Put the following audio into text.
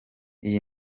iyi